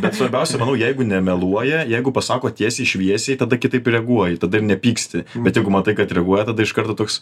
bet svarbiausia jeigu nemeluoja jeigu pasako tiesiai šviesiai tada kitaip reaguoji tada ir nepyksti bet jeigu matai kad reaguoja tada iš karto toks